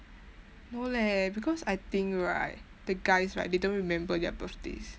no leh because I think right the guys right they don't remember their birthdays